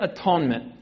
atonement